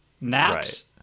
Naps